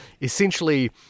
essentially